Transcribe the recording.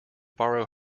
borrow